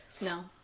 No